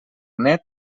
net